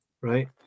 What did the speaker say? right